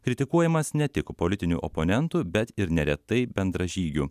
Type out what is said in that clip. kritikuojamas ne tik politinių oponentų bet ir neretai bendražygių